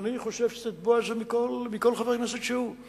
ואני חושב שצריך לתבוע את זה מכל חבר כנסת שהוא.